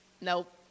Nope